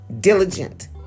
diligent